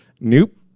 nope